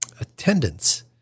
attendance